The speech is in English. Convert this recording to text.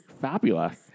fabulous